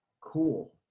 cool